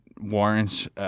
warrants